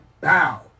bow